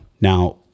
Now